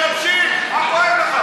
רוצה, רק אתם מדברים שעתיים על כל נושא?